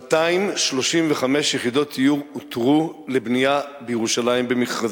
235 יחידות דיור אותרו לבנייה בירושלים במכרזים.